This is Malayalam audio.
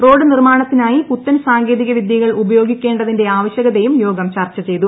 റോഡ് നിർമ്മാണത്തിനായി പുത്തൻ സാങ്കേതിക വിദ്യകൾ ഉപയോഗിക്കേണ്ടതിന്റെ ആവശ്യകതയും യോഗം ചർച്ച ചെയ്തു